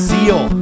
Seal